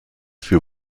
für